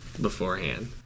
beforehand